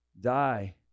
die